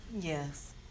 Yes